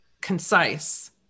concise